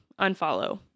unfollow